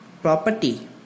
property